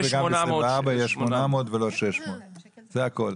ב-2023 וגם ב-2024 יהיה 800 ולא 600. זה הכול.